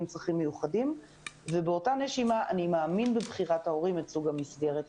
עם צרכים מיוחדים באותה נשימה אני מאמין בבחירת ההורים את סוג המסגרת.